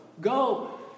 Go